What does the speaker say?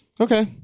Okay